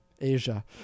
Asia